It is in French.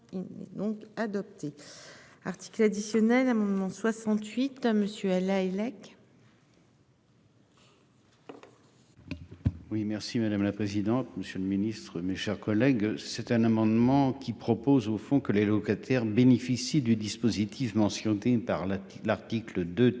Article additionnel amendements 68 à monsieur Lahellec. Oui merci madame la présidente. Monsieur le Ministre, mes chers collègues. C'est un amendement qui propose au fond que les locataires bénéficient du dispositif mentionné par là l'article de